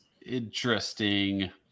interesting